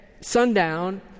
sundown